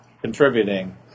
contributing